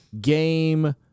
game